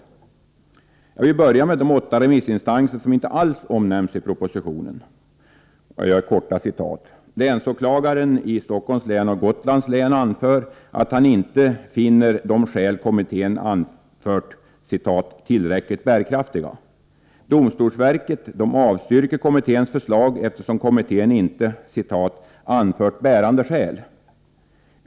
Jag vill börja med de åtta remissinstanser som inte alls omnämns i propositionen: Länsåklagaren i Stockholms län och Gotlands län anför att han inte finner de skäl som kommittén har anfört ”tillräckligt bärkraftiga”. Domstolsverket avstyrker kommitténs förslag eftersom kommittén inte ”anfört bärande skäl”.